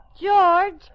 George